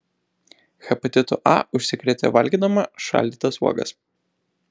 hepatitu a užsikrėtė valgydama šaldytas uogas